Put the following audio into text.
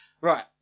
right